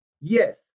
Yes